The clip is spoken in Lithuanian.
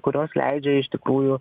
kurios leidžia iš tikrųjų